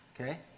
Okay